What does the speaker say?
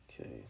Okay